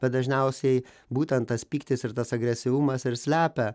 bet dažniausiai būtent tas pyktis ir tas agresyvumas ir slepia